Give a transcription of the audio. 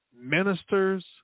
ministers